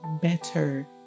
better